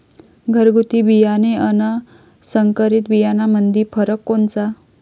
घरगुती बियाणे अन संकरीत बियाणामंदी फरक कोनचा?